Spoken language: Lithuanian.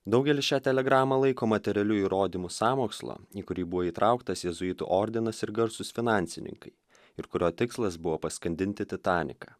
daugelis šią telegramą laiko materialiu įrodymu sąmokslo į kurį buvo įtrauktas jėzuitų ordinas ir garsūs finansininkai ir kurio tikslas buvo paskandinti titaniką